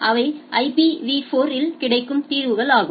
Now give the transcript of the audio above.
அவை ஐபிவி 4 இல் கிடைக்கும் தீர்வுகள் ஆகும்